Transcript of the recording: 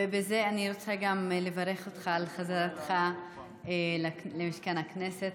בזה אני גם רוצה לברך אותך על חזרתך למשכן הכנסת.